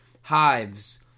hives